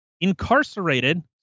incarcerated